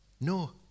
No